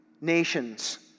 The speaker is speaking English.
nations